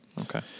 Okay